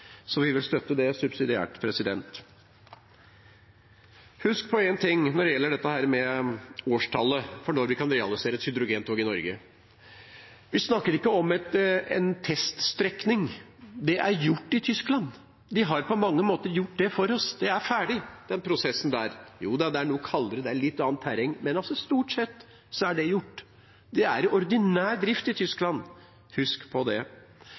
så vi vil støtte det subsidiært. Husk på én ting når det gjelder dette med årstallet for når vi kan realisere et hydrogentog i Norge: Vi snakker ikke om en teststrekning. Det er gjort i Tyskland. De har på mange måter gjort det for oss, den prosessen der er ferdig. Jo da, det er noe kaldere her, det er litt annet terreng, men stort sett er det gjort. Det er i ordinær drift i Tyskland – husk på det.